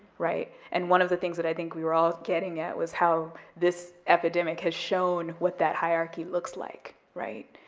right, and one of the things that i think we were all getting at was how this epidemic has shown what that hierarchy looks like, right,